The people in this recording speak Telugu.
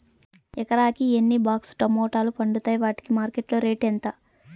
ఎకరాకి ఎన్ని బాక్స్ లు టమోటాలు పండుతాయి వాటికి మార్కెట్లో రేటు ఎంత?